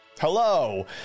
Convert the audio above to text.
Hello